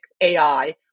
AI